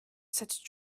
such